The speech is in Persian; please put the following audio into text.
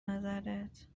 نظرت